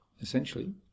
essentially